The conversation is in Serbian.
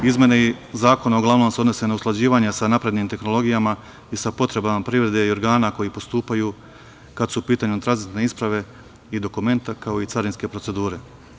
Izmene zakona uglavnom se odnose na usklađivanje sa naprednim tehnologijama i sa potrebama privrede i organa koji postupaju, kada su u pitanju tranzitne isprave i dokumenta kao i carinske procedure.